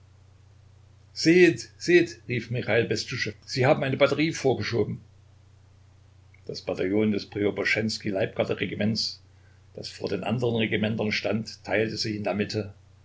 seht rief michal bestuschew sie haben eine batterie vorgeschoben das bataillon des preobraschenskij leibgarderegiments das vor den anderen regimentern stand teilte sich in der mitte